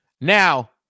Now